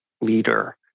leader